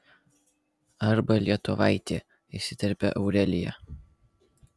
arba lietuvaitį įsiterpia aurelija